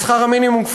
ושכר המינימום הוא,